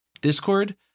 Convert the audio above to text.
Discord